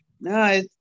No